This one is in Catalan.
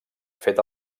fet